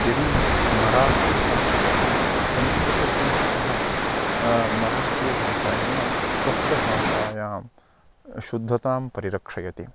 यदि मराठीभाषिकः संस्कृतज्ञः सः मराठीभाषायां स्वस्य भाषायां शुद्धतां परिरक्षयति